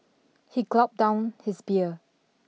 he gulped down his beer